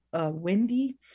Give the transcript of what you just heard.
windy